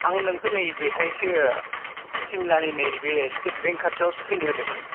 आं नोंखौ नै बेहायसो सिमलानि नैबे स्टेट बेंक खाथियावसो फैनो होदोंमोन